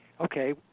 okay